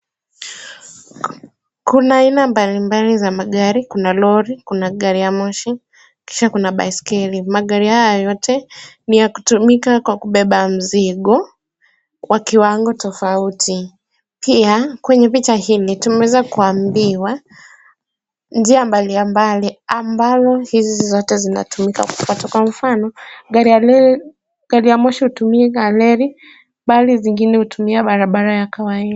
Kuna aina mbalimbali za magari. Kuna lori, kuna gari ya moshi kisha kuna baiskeli. Magari haya yote ni ya kutumika kwa kubeba mzigo wa kiwango tofauti. Pia, kwenye picha hili tumeweza kuambiwa njia mbalimbali ambazo hizi zote zinatumika kufuata kwa mfano gari ya moshi hutumia reli bali zingine hutumia barabara ya kawaida.